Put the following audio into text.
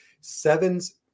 sevens